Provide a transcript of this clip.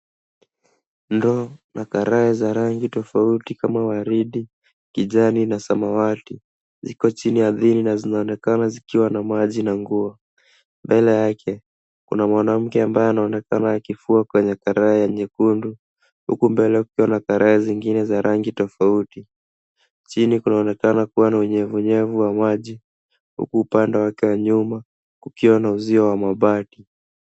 Ndoo na karai za rangi tofauti kama waridi, kijani na samawati ziko chini ardhini na zinaonekana zikiwa na maji na nguo. Mbele yake kuna mwanamke ambaye anaonekana akifua kwenye karai ya nyekundu huku mbele kukiwa na karai zingine za rangi tofauti. Chini kunaonekana kuwa na unyevunyevu wa maji huku upande wake wa nyuma kukiwa na uzio wa mabati.